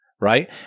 right